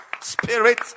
spirit